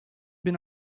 bin